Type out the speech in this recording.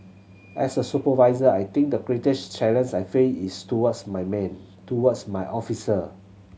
as a supervisor I think the greatest challenge I face is towards my men towards my officer